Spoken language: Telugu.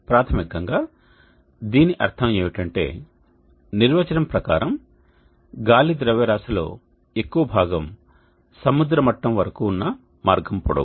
ప్రాథమికంగా దీని అర్థం ఏమిటంటే నిర్వచనం ప్రకారం గాలి ద్రవ్యరాశిలో ఎక్కువ భాగం సముద్ర మట్టం వరకు ఉన్న మార్గం పొడవు